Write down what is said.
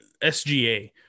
sga